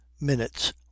minutes